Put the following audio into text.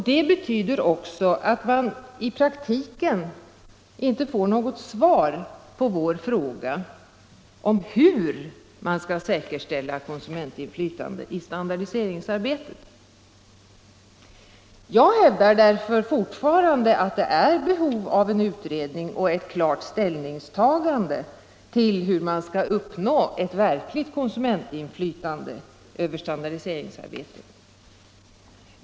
Detta betyder också att man i praktiken inte får något svar på vår fråga om hur man skall säkerställa konsumentinflytandet i standardiseringsarbetet. Jag hävdar därför att det fortfarande är behov av en utredning och ett klart ställningstagande till hur man skall uppnå ett verkligt konsumentinflytande över standardiseringsarbetet.